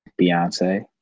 Beyonce